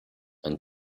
and